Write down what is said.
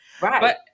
Right